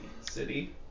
City